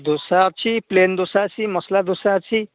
ଦୋସା ଅଛି ପ୍ଲେନ୍ ଦୋସା ଅଛି ମସଲା ଦୋସା ଅଛି